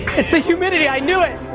it's the humidity! i knew it!